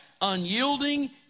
unyielding